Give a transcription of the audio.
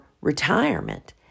retirement